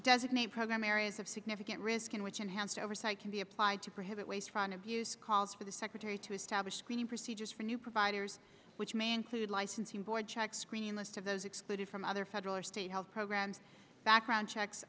designate program areas of significant risk in which enhanced oversight can be applied to prohibit waste fraud and abuse calls for the secretary to establish screening procedures for new providers which may include licensing board checks screening most of those excluded from other federal or state health programs background checks